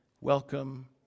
welcome